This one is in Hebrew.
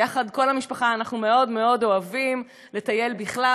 ויחד כל המשפחה אנחנו מאוד מאוד אוהבים לטייל בכלל,